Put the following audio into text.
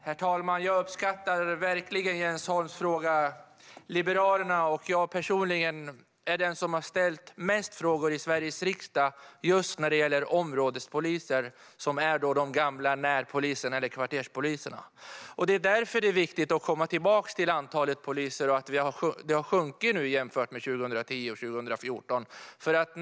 Herr talman! Jag uppskattar verkligen Jens Holms fråga. Liberalerna och jag personligen är de som har ställt mest frågor i Sveriges riksdag om just områdespoliser, alltså de gamla närpoliserna eller kvarterspoliserna. Det är viktigt att komma tillbaka till antalet poliser och att det har minskat jämfört med 2010 och 2014.